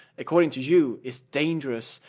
according to you, is dangerous,